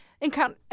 encounter